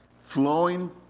flowing